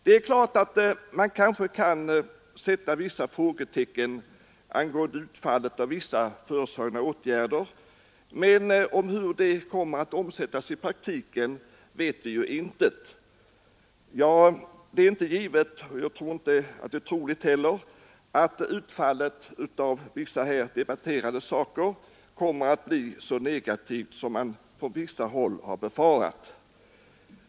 Det är klart att man kan sätta frågetecken angående utfallet av vissa föreslagna åtgärder, men hur de kommer att omsättas i praktiken vet vi ju ingenting om. Det är inte givet, och knappast heller troligt, att utfallet av vissa här relaterade åtgärder blir så negativt som man på en del håll befarar.